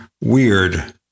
weird